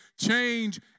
change